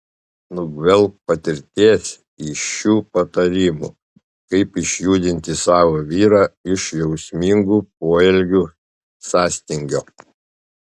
nugvelbk patirties iš šių patarimų kaip išjudinti savo vyrą iš jausmingų poelgių sąstingio